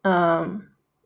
um